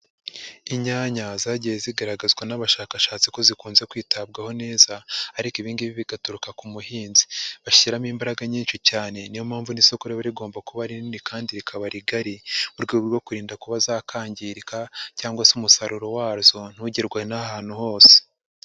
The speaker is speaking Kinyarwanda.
Inyanya zagiye zigaragazwa n'abashakashatsi ko zikunze kwitabwaho neza, ariko ibi ngibi bigaturuka ku muhinzi. Bashyiramo imbaraga nyinshi cyane, ni yo mpamvu n'isoko riba rigomba kuba rinini kandi rikaba rigari, mu rwego rwo kurinda kuba zakangirika, cyangwa se umusaruro wazo ntugerwe n'ahantu hose.